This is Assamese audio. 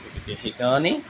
গতিকে সেইকাৰণেই